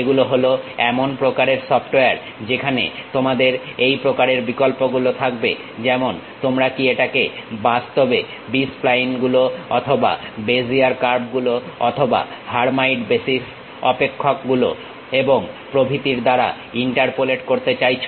এগুলো হলো এমন প্রকারের সফটওয়্যার যেখানে তোমাদের এই প্রকারের বিকল্পগুলো থাকবে যেমন তোমরা কি এটাকে বাস্তবে B স্প্লাইনগুলো অথবা বেজিয়ার কার্ভ গুলো অথবা হারমাইট বেসিস অপেক্ষক গুলো এবং প্রভৃতির দ্বারা ইন্টারপোলেট করতে চাইছো